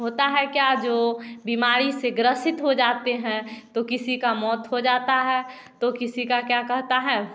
होता है क्या जो बीमारी से ग्रसित हो जाते हैं तो किसी का मौत हो जाता है तो किसी का क्या कहता है